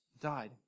Died